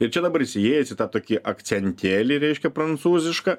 ir čia dabar jis įėjęs į tą tokį akcentėlį reiškia prancūzišką